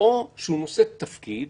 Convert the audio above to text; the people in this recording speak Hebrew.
או שהוא נושא תפקיד